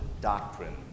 doctrine